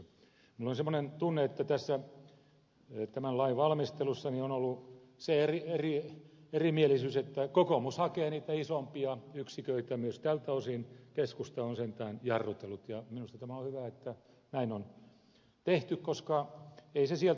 minulla on semmoinen tunne että tässä tämän lain valmistelussa on ollut se erimielisyys että kokoomus hakee niitä isompia yksiköitä myös tältä osin keskusta on sentään jarrutellut ja minusta tämä on hyvä että näin on tehty koska ei se ratkaisu sieltä löydy